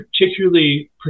particularly